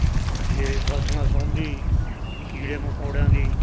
ਜੇ ਫਸਲਾਂ ਸੰਬੰਧੀ ਕੀੜੇ ਮਕੌੜਿਆਂ ਦੀ